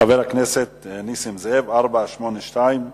חבר הכנסת נסים זאב, שאילתא מס' 482: